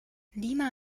lima